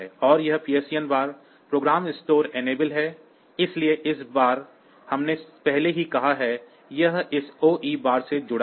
और यह PSEN bar program store सक्षम है इसलिए इस बार हमने पहले ही कहा है यह इस OE बार से जुड़ा है